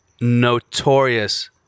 notorious